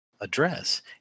address